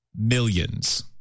millions